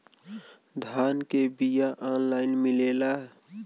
धान के बिया ऑनलाइन मिलेला?